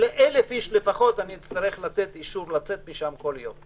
של-1,000 אנשים לפחות אני אצטרך לתת אישור לצאת משם כל יום.